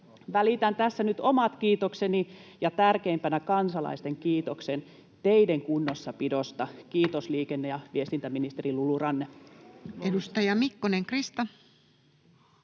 Välitän tässä nyt omat kiitokseni ja tärkeimpänä kansalaisten kiitoksen teiden kunnossapidosta: kiitos, liikenne- ja viestintäministeri Lulu Ranne! [Speech 579]